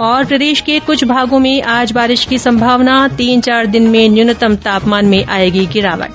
प्रदेश के कूछ भागों में आज बारिश की संभावना तीन चार दिन में न्यूनतम तापमान में आएगी गिरावट